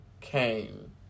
came